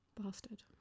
Bastard